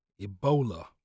Ebola